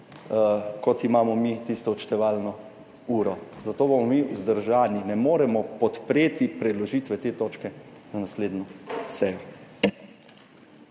kot imamo mi tisto odštevalno uro. Zato bomo mi vzdržani, ne moremo podpreti preložitve te točke na naslednjo sejo.